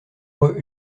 eux